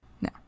No